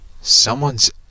Someone's